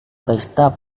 pesta